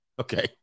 Okay